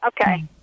Okay